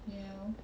you know